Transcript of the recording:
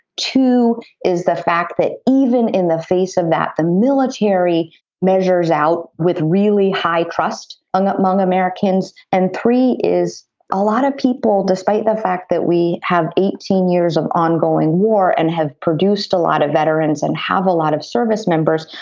two is the fact that even in the face of that the military measures out with really high trust among among americans and three is a lot of people despite the fact that we have eighteen years of ongoing war and have produced a lot of veterans and have a lot of service members.